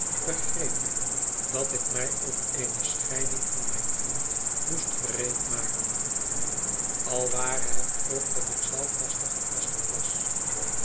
begreep ik dat ik mij op eene scheiding van mijn vriend moest gereedmaken al ware het ook dat ik zelf vaster gevestigd was